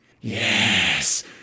Yes